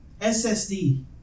ssd